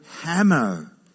hammer